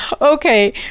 Okay